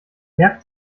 merkt